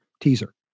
teaser